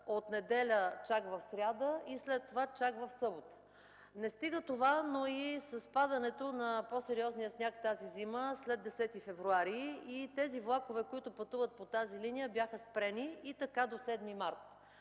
от неделя чак в сряда и след това чак в събота. Не стига това, но с падането на по-сериозния сняг тази зима след 10 февруари и влаковете, които пътуват по тази линия, бяха спрени. Така беше до 7 март.